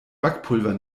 backpulver